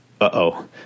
Uh-oh